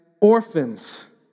orphans